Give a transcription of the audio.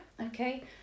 okay